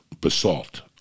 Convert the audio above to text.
Basalt